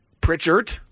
Pritchard